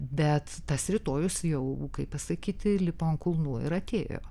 bet tas rytojus jau kaip pasakyti lipo ant kulnų ir atėjo